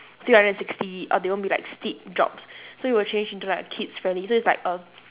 three hundred sixty or there won't be like steep drops so it will change into like kids friendly so it's like a